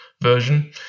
version